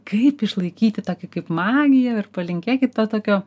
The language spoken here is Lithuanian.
kaip išlaikyti tokį kaip magiją ir palinkėkit to tokio